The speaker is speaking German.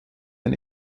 den